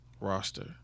roster